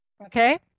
Okay